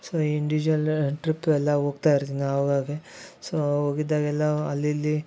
so ಇಂಡಿಶಲ್ಲು ಟ್ರಿಪ್ಪೆಲ್ಲ ಹೋಗ್ತಾ ಇರ್ತಿ ನಾವಾಗೇ ಸೊ ಹೋಗಿದ್ದಾಗೆಲ್ಲ ಅಲ್ಲಿ ಇಲ್ಲಿ